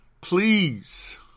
Please